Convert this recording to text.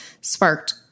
sparked